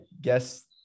guess –